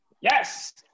Yes